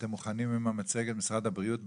אתם מוכנים עם המצגת, משרד הבריאות,